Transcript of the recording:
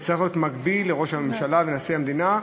וזה צריך להיות מקביל לראש ממשלה ולנשיא המדינה,